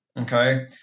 okay